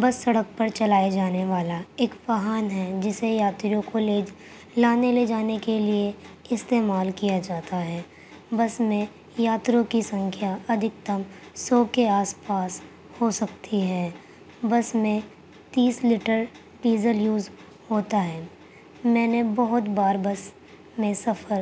بس سڑک پر چلائے جانے والا ایک واہن ہے جسے یاتریوں کو لے لانے لے جانے کے لیے استعمال کیا جاتا ہے بس میں یاتریوں کی سنکھیا ادھکتم سو کے آس پاس ہو سکتی ہے بس میں تیس لیٹر ڈیزل یوز ہوتا ہے میں نے بہت بار بس میں سفر